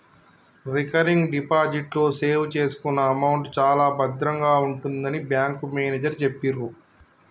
recurring deposit లో save చేసుకున్న amount చాలా భద్రంగా ఉంటుందని బ్యాంకు మేనేజరు చెప్పిర్రు